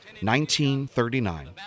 1939